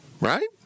Right